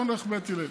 בואו נלך לפי בית הלל.